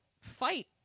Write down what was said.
fight